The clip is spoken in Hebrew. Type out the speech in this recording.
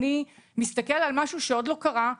אני מסתכל על משהו שעוד לא קרה,